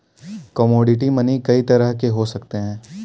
commodity money कई तरह के हो सकते हैं